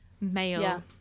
male